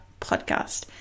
podcast